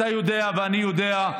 אתה יודע ואני יודע.